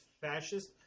fascist